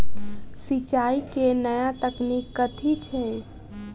सिंचाई केँ नया तकनीक कथी छै?